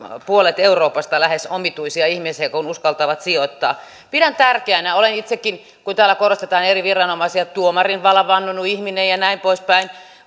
puolet euroopasta omituisia ihmisiä kun uskaltavat sijoittaa olen itsekin kun täällä korostetaan eri viranomaisia tuomarinvalan vannonut ihminen ja näin poispäin